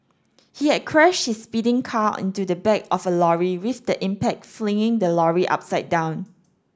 he had crashed his speeding car into the back of a lorry with the impact flipping the lorry upside down